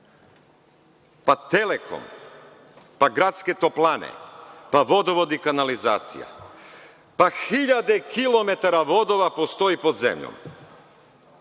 Pa, „Telekom“, pa gradske toplane, pa vodovod i kanalizacija, pa hiljade kilometara vodova postoji pod zemljom